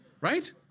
right